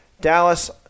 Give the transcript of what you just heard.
Dallas